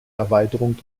erweiterung